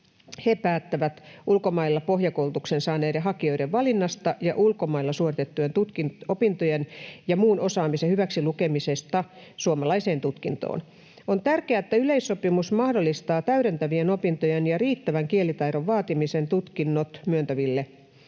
Ne päättävät ulkomailla pohjakoulutuksen saaneiden hakijoiden valinnasta ja ulkomailla suoritettujen opintojen ja muun osaamisen hyväksilukemisesta suomalaiseen tutkintoon. On tärkeää, että yleissopimus mahdollistaa täydentävien opintojen ja riittävän kielitaidon vaatimisen tutkinnot myöntäville